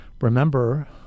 Remember